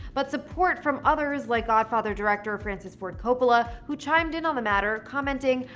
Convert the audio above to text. but support from others like godfather director francis ford coppola, who chimed in on the matter, commenting,